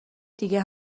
دیگه